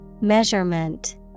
Measurement